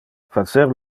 facer